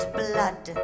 blood